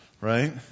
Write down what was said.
right